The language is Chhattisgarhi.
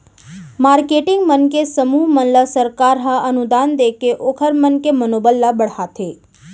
मारकेटिंग मन के समूह मन ल सरकार ह अनुदान देके ओखर मन के मनोबल ल बड़हाथे